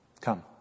come